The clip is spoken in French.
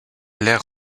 l’ère